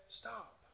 stop